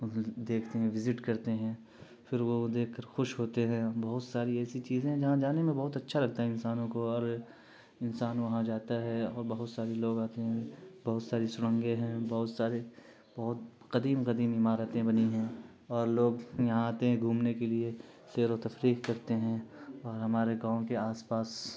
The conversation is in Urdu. دیکھتے ہیں وزٹ کرتے ہیں پھر وہ دیکھ کر خوش ہوتے ہیں بہت ساری ایسی چیزیں ہیں جہاں جانے میں بہت اچھا لگتا ہے انسانوں کو اور انسان وہاں جاتا ہے اور بہت سارے لوگ آتے ہیں بہت ساری سرنگیں ہیں بہت سارے بہت قدیم قدیم عمارتیں بنی ہیں اور لوگ یہاں آتے ہیں گھومنے کے لیے سیر و تفریح کرتے ہیں اور ہمارے گاؤں کے آس پاس